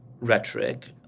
rhetoric